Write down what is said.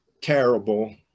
terrible